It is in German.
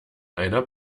einer